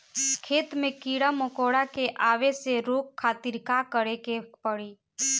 खेत मे कीड़ा मकोरा के आवे से रोके खातिर का करे के पड़ी?